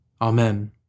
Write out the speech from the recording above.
Amen